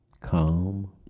calm